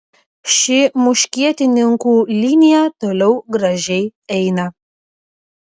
ši muškietininkų linija toliau gražiai eina